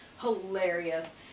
hilarious